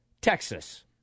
Texas